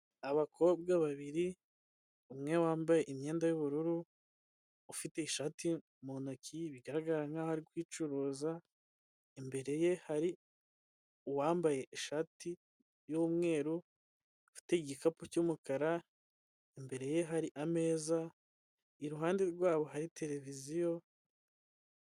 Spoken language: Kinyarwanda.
Abakobwa babiri, umwe wambaye imyenda y'ubururu, ufite ishati mu ntoki bigaragara nk'aho ari kuyicuruza, imbere ye hari uwambaye ishati y'umweru afite igikapu cy'umukara, imbere ye hari ameza, iruhande rwabo hari televiziyo.